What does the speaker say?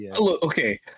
Okay